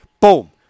Boom